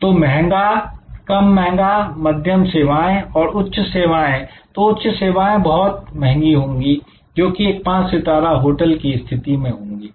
तो महंगा कम महंगा मध्यम सेवाएं और उच्च सेवाएं तो उच्च सेवाएं बहुत महंगी होंगी जो कि एक पांच सितारा होटल की स्थिति में होंगी